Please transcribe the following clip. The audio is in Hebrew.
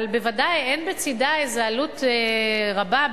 וודאי אין בצדה איזו עלות רבה,